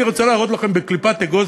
אני רוצה להראות לכם בקליפת אגוז,